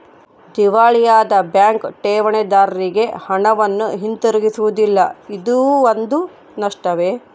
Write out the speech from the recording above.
ದಿವಾಳಿಯಾದ ಬ್ಯಾಂಕ್ ಠೇವಣಿದಾರ್ರಿಗೆ ಹಣವನ್ನು ಹಿಂತಿರುಗಿಸುವುದಿಲ್ಲ ಇದೂ ಒಂದು ನಷ್ಟವೇ